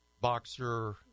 Boxer